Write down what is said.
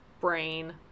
brain